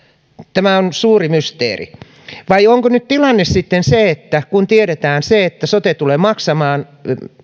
tämä on suuri mysteeri vai onko nyt tilanne sitten se että kun tiedetään se että sote tulee maksamaan